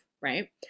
right